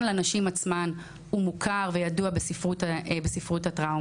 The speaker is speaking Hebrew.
לנשים עצמן הוא מוכר וידוע בספרות הטראומה,